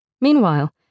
Meanwhile